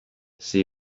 see